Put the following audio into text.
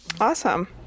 Awesome